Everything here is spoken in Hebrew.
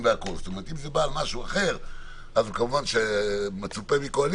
זו דוגמה לדיון שעוד יהיה פה.